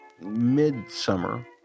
mid-summer